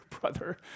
brother